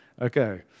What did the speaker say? Okay